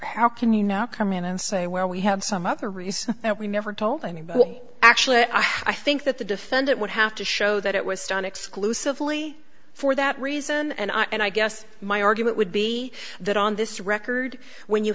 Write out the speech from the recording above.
how can you now come in and say well we have some other reason that we never told anybody actually i think that the defendant would have to show that it was stand exclusively for that reason and i guess my argument would be that on this record when you